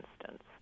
instance